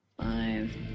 Five